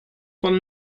von